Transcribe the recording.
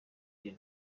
iri